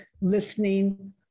listening